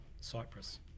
Cyprus